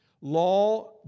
Law